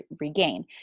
regain